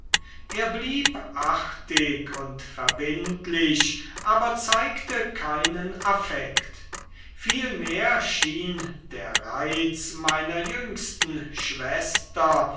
er blieb artig und verbindlich aber zeigte keinen affekt vielmehr schien der reiz meiner jüngsten schwester